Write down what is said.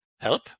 help